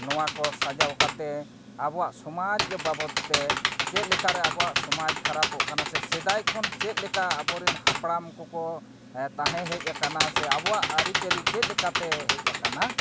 ᱱᱚᱣᱟ ᱠᱚ ᱥᱟᱡᱟᱣ ᱠᱟᱛᱮᱫ ᱟᱵᱚᱣᱟᱜ ᱥᱚᱢᱟᱡᱽ ᱵᱟᱵᱚᱫᱼᱛᱮ ᱪᱮᱫ ᱞᱮᱠᱟᱨᱮ ᱟᱵᱚᱣᱟᱜ ᱥᱚᱢᱟᱡᱽ ᱠᱷᱟᱨᱟᱯᱚᱜ ᱠᱟᱱᱟ ᱥᱮ ᱥᱮᱫᱟᱭ ᱠᱷᱚᱱ ᱪᱮᱫ ᱞᱮᱠᱟ ᱟᱵᱚᱨᱮᱱ ᱦᱟᱯᱲᱟᱢ ᱠᱚᱠᱚ ᱛᱟᱦᱮᱸ ᱦᱮᱡ ᱟᱠᱟᱱᱟ ᱥᱮ ᱟᱵᱚᱣᱟᱜ ᱟᱹᱨᱤᱪᱟᱹᱞᱤ ᱪᱮᱫ ᱞᱮᱠᱟᱛᱮ ᱦᱮᱡ ᱟᱠᱟᱱᱟ